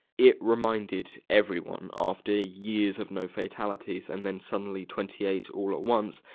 it reminded everyone after years of no fatalities and then suddenly twenty eight all at once,